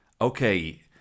Okay